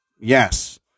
yes